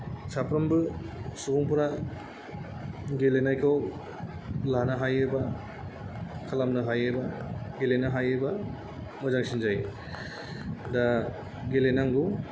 साफ्रोमबो सुबुंफोरा गेलेनायखौ लानो हायोबा खालामनो हायोबा गेलेनो हायोबा मोजांसिन जायो दा गेलेनांगौ